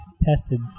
tested